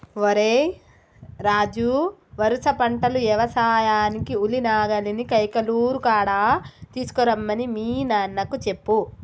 ఓరై రాజు వరుస పంటలు యవసాయానికి ఉలి నాగలిని కైకలూరు కాడ తీసుకురమ్మని మీ నాన్నకు చెప్పు